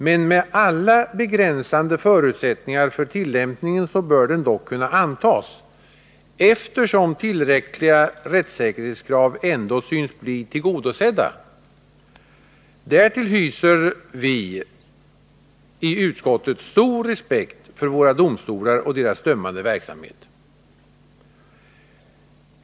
Men med alla begränsande förutsättningar för tillämpningen bör den dock kunna antas, eftersom tillräckliga rättssäkerhetskrav ändå synes bli tillgodosedda. Därtill kommer att vi i utskottet hyser stor respekt för domstolarna och deras dömande verksamhet.